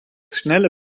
schnelle